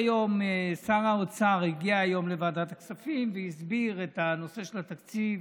שר האוצר הגיע היום לוועדת הכספים והסביר את הנושא של התקציב.